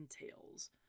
entails